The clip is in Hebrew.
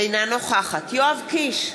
אינה נוכחת יואב קיש,